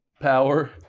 power